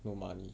no money